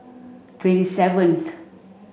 twenty seventh